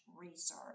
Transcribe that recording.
research